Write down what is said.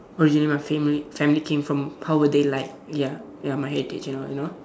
originally my family family came from how were they like ya ya my heritage you you know